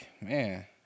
man